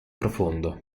profondo